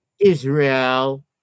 Israel